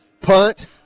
Punt